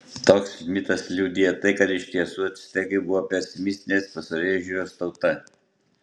toks mitas liudija tai kad iš tiesų actekai buvo pesimistinės pasaulėžiūros tauta